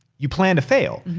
you plan to fail.